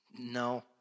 No